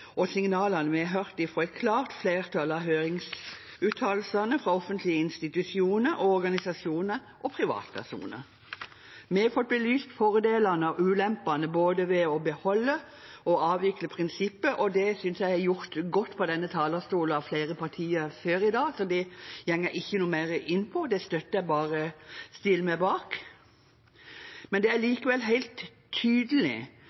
med signalene vi har fått fra et klart flertall av høringsuttalelsene fra offentlige institusjoner, organisasjoner og privatpersoner. Vi har fått belyst fordelene og ulempene både ved å beholde prinsippet og ved å avvikle det. Det synes jeg er gjort godt fra denne talerstol av flere partier før i dag, så det går jeg ikke noe mer inn på, det stiller jeg meg bare bak. Når det gjelder å avvikle prinsippet om ett statsborgerskap, er det likevel helt tydelig